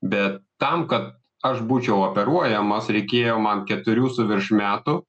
bet tam kad aš būčiau operuojamas reikėjo man keturių su virš metų